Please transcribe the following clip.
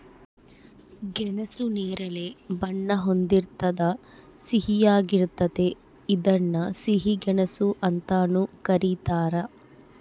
ಗೆಣಸು ನೇರಳೆ ಬಣ್ಣ ಹೊಂದಿರ್ತದ ಸಿಹಿಯಾಗಿರ್ತತೆ ಇದನ್ನ ಸಿಹಿ ಗೆಣಸು ಅಂತಾನೂ ಕರೀತಾರ